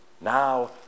Now